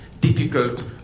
difficult